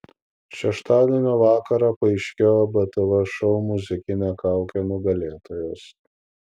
šeštadienio vakarą paaiškėjo btv šou muzikinė kaukė nugalėtojas